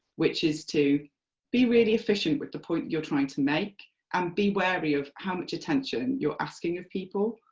which is to be really efficient with the point you're trying to make and be wary of how much attention you're asking of people.